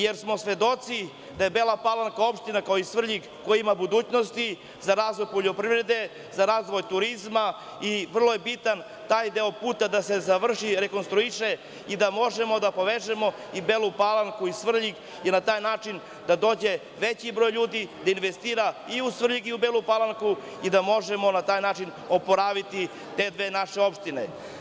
Svedoci smo da je Bela Palanka opština kao i Svrljig koja ima budućnosti za razvoj poljoprivrede, za razvoj turizma i vrlo je bitno da se taj deo puta završi, rekonstruiše i da možemo da povežemo i Belu Palanku i Svrljig i da na taj način dođe veći broj ljudi da investira i u Svrljig i u Bele Palanku i da možemo na taj način oporaviti te dve naše opštine.